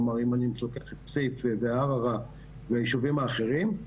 כלומר אם אני אבדוק יחסית בערערה ובישובים האחרים,